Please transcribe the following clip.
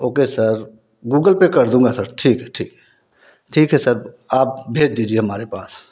okay sir Google पे कर दूँगा सर ठीक है ठीक है ठीक है सर आप भेज दीजिए हमारे पास